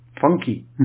Funky